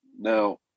Now